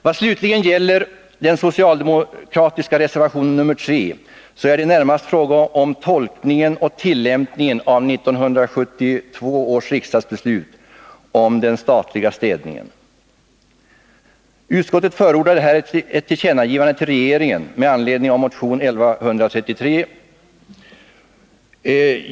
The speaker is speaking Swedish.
Vad slutligen gäller den socialdemokratiska reservationen 3, så är det närmast fråga om en tolkning och tillämpning av 1972 års riksdagsbeslut om den statliga städningen. Utskottet förordar ett tillkännagivande till regeringen med anledning av motion 1133.